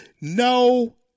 No